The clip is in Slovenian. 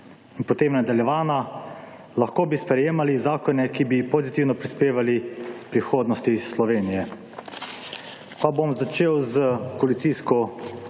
In potem nadaljevana. »Lahko bi sprejemali zakone, ki bi pozitivno prispevali k prihodnosti Slovenije.« Pa bom začel s koalicijsko